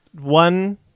one